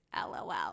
LOL